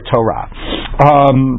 Torah